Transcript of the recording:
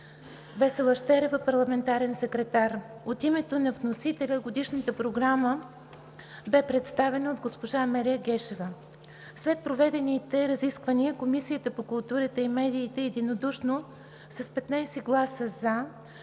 Весела Щерева – парламентарен секретар. От името на вносителя Годишната програма бе представена от госпожа Амелия Гешева. След проведените разисквания Комисията по културата и медиите единодушно с 15 гласа „за“